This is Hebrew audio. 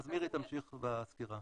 אז מירי תמשיך בסקירה.